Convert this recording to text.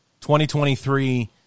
2023